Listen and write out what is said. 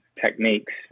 techniques